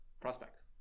prospects